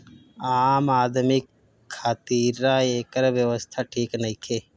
आम आदमी खातिरा एकर व्यवस्था ठीक नईखे